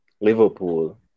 Liverpool